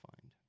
find